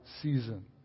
season